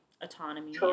autonomy